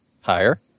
Higher